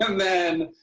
um then,